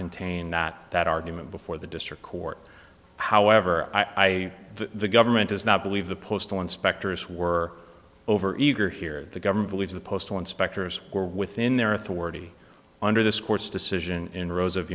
contain that that argument before the district court however i the government does not believe the postal inspectors were overeager here the government believes the postal inspectors were within their authority under this court's decision in rows of